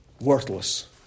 Worthless